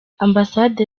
ambasade